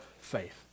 faith